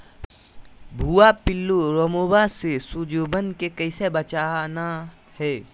भुवा पिल्लु, रोमहवा से सिजुवन के कैसे बचाना है?